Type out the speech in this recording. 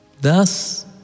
thus